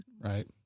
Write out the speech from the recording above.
right